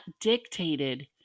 dictated